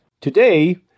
Today